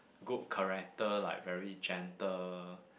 good character like very gentle